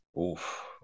Oof